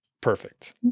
Perfect